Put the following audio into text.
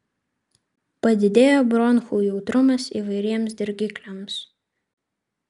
padidėja bronchų jautrumas įvairiems dirgikliams